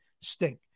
stink